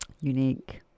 Unique